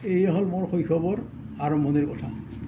এইয়ে হ'ল মোৰ শৈশৱৰ আৰম্ভণিৰ কথা